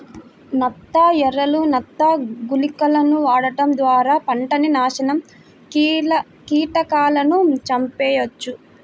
నత్త ఎరలు, నత్త గుళికలను వాడటం ద్వారా పంటని నాశనం కీటకాలను చంపెయ్యొచ్చు